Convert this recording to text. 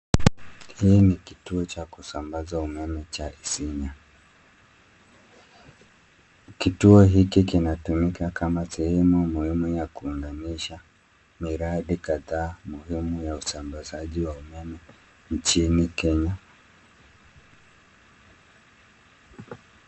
Hii ni kituo cha kusabaza umeme cha Isinya kituo hiki kinatumika kama sehemu muhimu ya kuunganisha miradi kadhaa muhimu ya usambazaji wa umeme nchini Kenya.